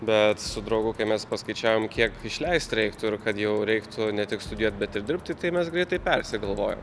bet su draugu kai mes paskaičiavom kiek išleist reiktų ir kad jau reiktų ne tik studijuot bet ir dirbti tai mes greitai persigalvojom